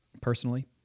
personally